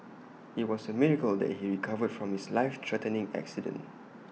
IT was A miracle that he recovered from his life threatening accident